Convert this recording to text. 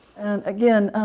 and again,